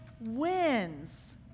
wins